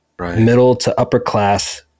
middle-to-upper-class